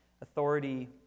authority